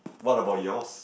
what about yours